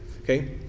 okay